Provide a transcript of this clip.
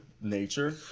nature